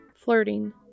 flirting